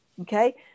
Okay